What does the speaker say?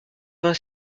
vingt